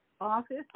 office